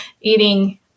eating